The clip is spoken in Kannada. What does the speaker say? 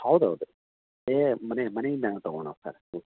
ಹೌದೌದು ಏ ಮನೆ ಮನೆಯಿಂದ ಏನು ತೊಗೊಂಡು ಹೋಗ್ತಾರೆ ಹ್ಞ್